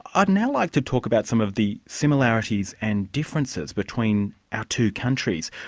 i'd now like to talk about some of the similarities and differences between our two countries.